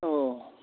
अ